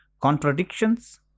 Contradictions